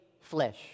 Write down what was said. flesh